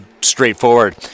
straightforward